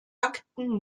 akten